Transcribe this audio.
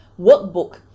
workbook